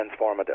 transformative